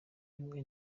bimwe